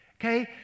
okay